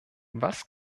was